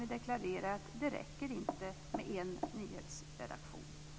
Vi deklarerar att det inte räcker med en nyhetsredaktion.